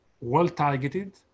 well-targeted